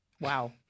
Wow